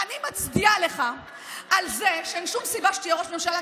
אני מצדיעה לך על זה שאין שום סיבה שתהיה ראש ממשלה,